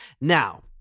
Now